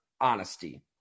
honesty